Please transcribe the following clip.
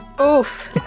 Oof